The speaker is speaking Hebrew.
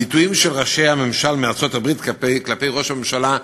הביטויים של ראשי הממשל בארצות-הברית כלפי ראש הממשלה,